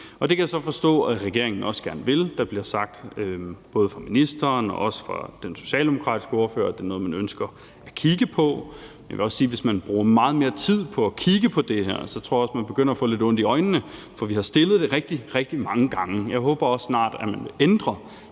Det kan jeg så forstå at regeringen også gerne vil. Der bliver både fra ministeren og den socialdemokratiske ordfører sagt, at det er noget, man ønsker at kigge på. Jeg vil så også sige, at hvis man bruger meget mere tid på kun at kigge på det her, tror jeg også, man begynder at få lidt ondt i øjnene, for vi har fremsat forslaget rigtig, rigtig mange gange, så jeg håber, at man også snart vil ændre